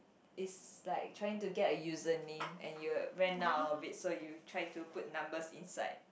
is like trying to get a username and you run up a bit so you try to put number inside